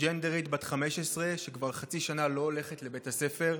טרנסג'נדרית בת 15 שכבר חצי שנה לא הולכת לבית הספר.